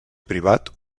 privat